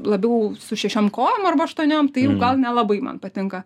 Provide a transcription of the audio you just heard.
labiau su šešiom kojom arba aštuoniom tai jau gal nelabai man patinka